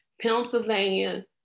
Pennsylvania